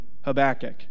Habakkuk